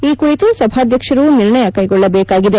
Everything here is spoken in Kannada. ಈ ಕುರಿತು ಸಭಾಧಕ್ಷರು ನಿರ್ಣಯ ಕೈಗೊಳ್ಳಬೇಕಾಗಿದೆ